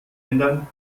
ändern